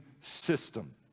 system